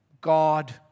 God